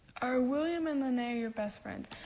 are william and laneya your best friends?